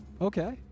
Okay